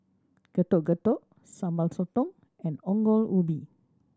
Getuk Getuk Sambal Sotong and Ongol Ubi